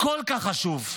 כל כך חשוב,